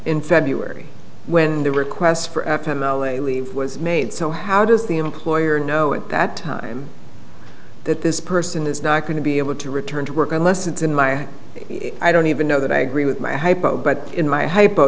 in february when the requests for f n l a leave was made so how does the employer know at that time that this person is not going to be able to return to work unless it's in my i don't even know that i agree with my hypo but in my hypo